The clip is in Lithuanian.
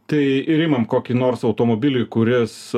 tai ir imam kokį nors automobilį kuris